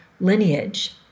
lineage